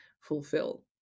fulfill